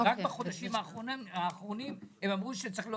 רק בחודשים האחרונים הם אמרו שצריך,